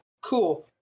cool